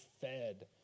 fed